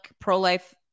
pro-life